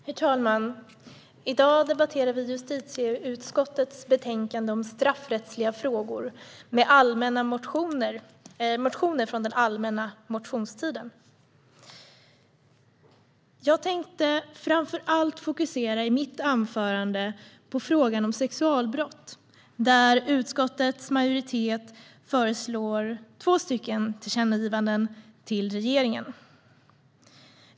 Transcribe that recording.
Herr talman! I dag debatterar vi justitieutskottets betänkande om straffrättsliga frågor, som behandlar motioner från allmänna motionstiden. Jag tänkte i mitt anförande framför allt fokusera på frågan om sexualbrott, där utskottets majoritet föreslår två tillkännagivanden till regeringen.